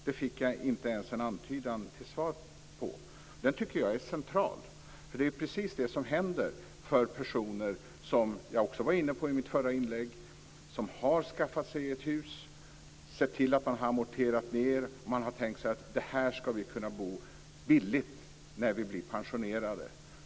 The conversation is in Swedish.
Det fick jag inte ens en antydan till svar på, men den frågan tycker jag är central. Som jag också var inne på i mitt förra inlägg handlar det om personer som har skaffat sig ett hus och sett till att ha amorterat ned skulderna. Man har tänkt sig att man ska kunna bo billigt när man blir pensionerad.